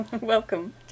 welcome